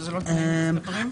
וזה לא תנאים מצטברים?